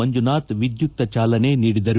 ಮಂಜುನಾಥ್ ವಿಧ್ಯುಕ್ತ ಚಾಲನೆ ನೀಡಿದರು